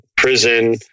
Prison